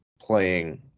playing